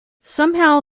somehow